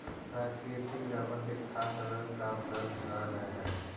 प्राकृतिक रबर में खास रंग व गन्ध न रहऽ हइ